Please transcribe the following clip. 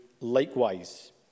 likewise